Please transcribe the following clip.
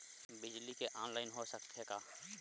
बिजली के ऑनलाइन हो सकथे का?